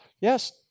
Yes